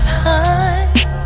time